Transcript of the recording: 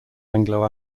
anglo